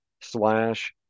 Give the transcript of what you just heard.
slash